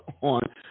on